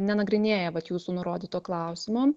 nenagrinėja vat jūsų nurodyto klausimo